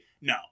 No